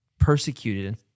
Persecuted